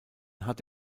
hat